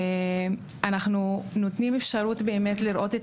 אנחנו נותנים אפשרות באמת לראות את